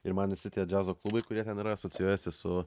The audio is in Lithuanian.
ir man visi tie džiazo klubai kurie ten yra asocijuojasi su